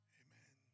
amen